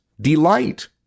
delight